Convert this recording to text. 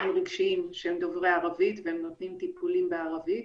רגשיים שהם דוברי ערבית והם נותנים טיפולים בערבית.